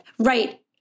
Right